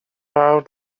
awr